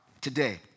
today